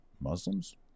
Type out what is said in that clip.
Muslims